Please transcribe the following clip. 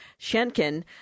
Shenkin